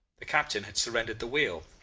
the captain had surrendered the wheel,